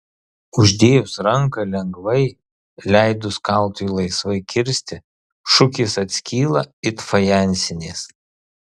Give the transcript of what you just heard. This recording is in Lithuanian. uždėjus ranką lengvai leidus kaltui laisvai kirsti šukės atskyla it fajansinės